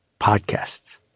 podcasts